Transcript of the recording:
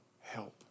help